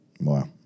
Wow